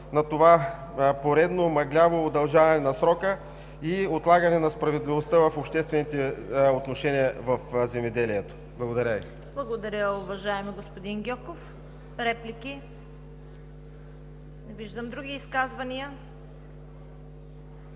на това поредно, мъгляво удължаване на срока и отлагане на справедливостта в обществените отношения в земеделието. Благодаря Ви. ПРЕДСЕДАТЕЛ ЦВЕТА КАРАЯНЧЕВА: Благодаря, уважаеми господин Гьоков. Реплики? Не виждам. Други изказвания?